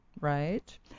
right